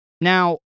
Now